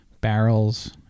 barrels